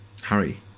Harry